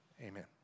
Amen